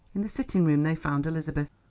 in the sitting-room they found elizabeth.